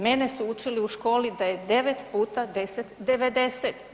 Mene su učili u školi da je 9 puta 10, 90.